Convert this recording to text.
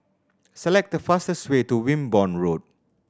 select the fastest way to Wimborne Road